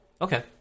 Okay